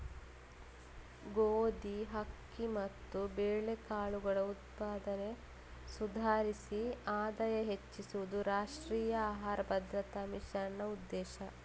ಗೋಧಿ, ಅಕ್ಕಿ ಮತ್ತು ಬೇಳೆಕಾಳುಗಳ ಉತ್ಪಾದನೆ ಸುಧಾರಿಸಿ ಆದಾಯ ಹೆಚ್ಚಿಸುದು ರಾಷ್ಟ್ರೀಯ ಆಹಾರ ಭದ್ರತಾ ಮಿಷನ್ನ ಉದ್ದೇಶ